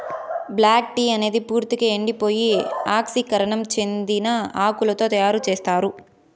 black tea అనేది పూర్తిక ఎండిపోయి ఆక్సీకరణం చెందిన ఆకులతో తయారు చేత్తారు